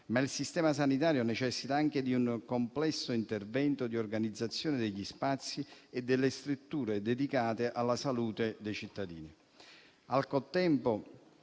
Ma il sistema sanitario necessita anche di un complesso intervento di organizzazione degli spazi e delle strutture dedicate alla salute dei cittadini. Al contempo,